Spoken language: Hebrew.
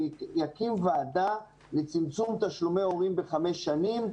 שיקים ועדה לצמצום תשלומי הורים בחמש שנים.